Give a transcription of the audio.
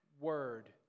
word